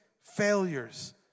Failures